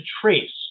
trace